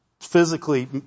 physically